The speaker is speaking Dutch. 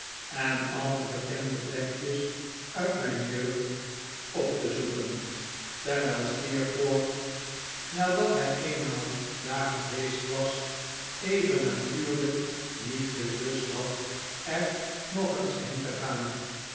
en al de bekende plekjes uit mijn jeugd op te zoeken terwijl steerforth nadat hij eenmaal daar geweest was even natuurlijk niet veel lust had er nog eens been pelgrimstochten te gaan